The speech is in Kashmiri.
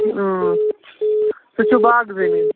سُہ چھُ باغہٕ زٔمیٖن